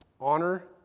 honor